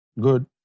Good